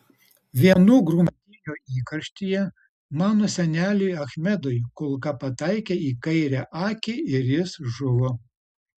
vienų grumtynių įkarštyje mano seneliui achmedui kulka pataikė į kairę akį ir jis žuvo